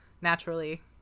naturally